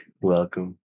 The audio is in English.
Welcome